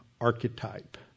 archetype